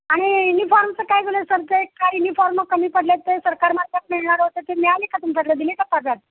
आणि युनिफॉर्मचं काय बोलले सर ते काय युनिफॉर्म कमी पडले आहेत ते सरकार मार्फत मिळणार होते ते मिळाले का तुमच्याकडं दिले का